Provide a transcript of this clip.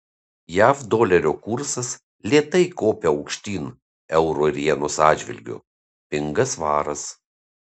jav dolerio kursas lėtai kopia aukštyn euro ir jenos atžvilgiu pinga svaras